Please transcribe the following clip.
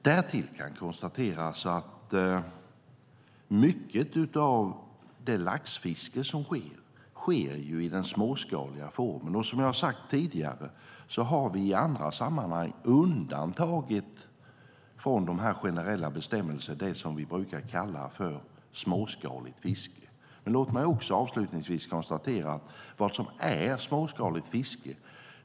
Därtill kan konstateras att mycket av det laxfiske som bedrivs sker i den småskaliga formen. Som jag har sagt tidigare har vi i andra sammanhang från de generella bestämmelserna undantagit det som vi brukar kalla för småskaligt fiske. Låt mig avslutningsvis konstatera vad som är småskaligt fiske.